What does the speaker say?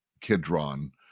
Kidron